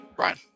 right